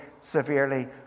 severely